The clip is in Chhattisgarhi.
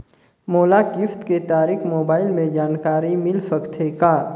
मोला किस्त के तारिक मोबाइल मे जानकारी मिल सकथे का?